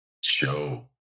show